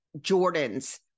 Jordan's